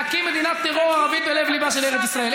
להקים מדינת טרור ערבית בלב-ליבה של ארץ ישראל.